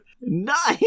Nice